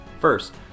First